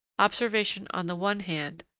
observation on the one hand,